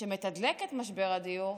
שמתדלק את משבר הדיור,